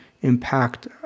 impact